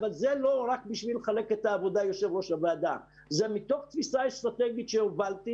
זה לא רק כדי לחלק את העבודה אלא זה מתוך תפיסה אסטרטגית שהובלתי